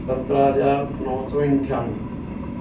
सत्रह हजार नौ सौ इण्ठीयाँ